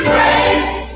Grace